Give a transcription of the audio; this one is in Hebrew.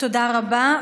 תודה רבה.